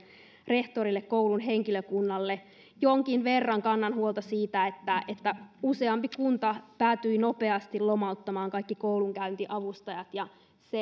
rehtoreille koulun henkilökunnalle jonkin verran kannan huolta siitä että että useampi kunta päätyi nopeasti lomauttamaan kaikki koulunkäyntiavustajat ja se